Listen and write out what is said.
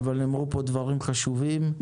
נאמרו דברים חשובים,